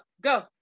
go